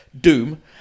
Doom